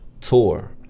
tour